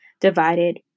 divided